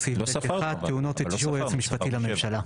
סעיף (ב1) טעונות את אישור היועץ המשפטי לממשלה'.